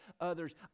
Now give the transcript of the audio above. others